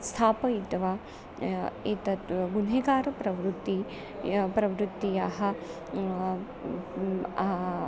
स्थापयित्वा एतत् गुण्हेकारप्रवृत्तिः य प्रवृत्तयः